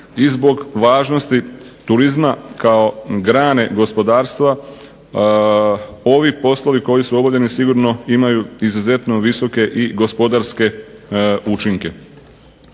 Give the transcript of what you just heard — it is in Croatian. I zbog važnosti turizma kao grane gospodarstva ovi poslovi koji su obavljeni sigurno imaju izuzetno visoke i gospodarske učinke.